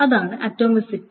അതാണ് ആറ്റമിസിറ്റി